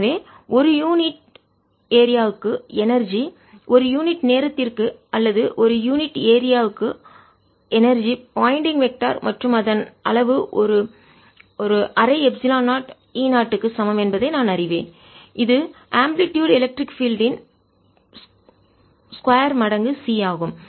எனவே ஒரு unit area க்கு எனர்ஜி ஆற்றல் ஒரு யூனிட் நேரத்திற்கு அல்லது ஒரு யூனிட் ஏரியா க்கு எனர்ஜி ஆற்றல் பாயின்டிங் வெக்டர் திசையன் மற்றும் அதன் அளவு 1 அரை எப்சிலன் 0 E 0 க்கு சமம் என்பதை நான் அறிவேன் இது ஆம்ப்ளிடுட் எலக்ட்ரிக் பீல்டு ன் மின்சார புலத்தின் 2 மடங்கு c ஆகும்